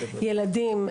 ילדים,